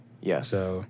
Yes